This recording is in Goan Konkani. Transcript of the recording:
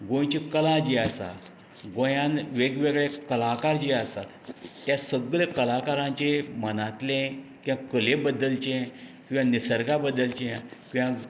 गोयंची कला जी आसा गोंयांत वेगवेगळे कलाकार जे आसा ते सगळ्या कलाकाराची मनांतलें ते कले बद्दलचे किंवा निसर्गा बद्दलचे किंवा